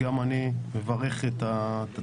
תודה, אני מברך את הצוות